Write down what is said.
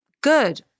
good